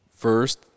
first